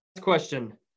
question